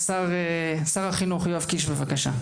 שר החינוך יואב קיש, בבקשה.